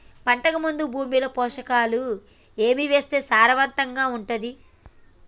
పంటకు ముందు భూమిలో పోషకాలు ఏవి వేస్తే సారవంతంగా ఉంటది?